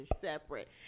separate